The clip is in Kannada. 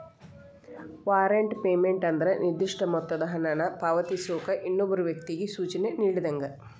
ವಾರೆಂಟ್ ಪೇಮೆಂಟ್ ಅಂದ್ರ ನಿರ್ದಿಷ್ಟ ಮೊತ್ತದ ಹಣನ ಪಾವತಿಸೋಕ ಇನ್ನೊಬ್ಬ ವ್ಯಕ್ತಿಗಿ ಸೂಚನೆ ನೇಡಿದಂಗ